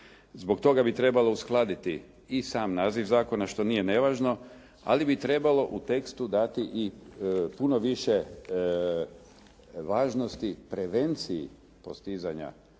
Zbog toga bi trebalo uskladiti i sam naziv zakona što nije nevažno, ali bi trebalo u tekstu dati i puno više važnosti prevenciji postizanja